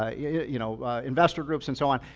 ah yeah you know investor groups and so on.